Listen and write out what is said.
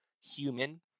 human